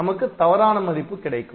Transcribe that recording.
நமக்கு தவறான மதிப்பு கிடைக்கும்